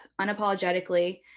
unapologetically